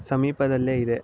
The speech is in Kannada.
ಸಮೀಪದಲ್ಲೇ ಇದೆ